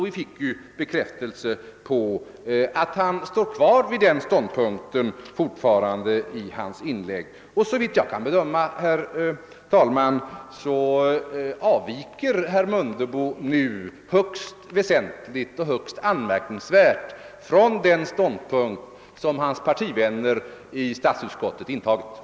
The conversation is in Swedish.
Vi fick i hans inlägg nu en bekräftelse på att han fortfarande intar den ståndpunkten. Såvitt jag kan bedöma, herr talman, avviker herr Mundebo nu högst väsentligt och på ett högst anmärkningsvärt sätt från den ståndpunkt som hans partivänner i statsutskottet har intagit.